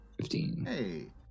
Fifteen